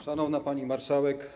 Szanowna Pani Marszałek!